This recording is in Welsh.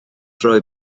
rhoi